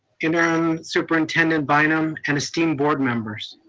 you know superintendent bynum, and esteemed board members.